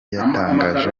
yatangaje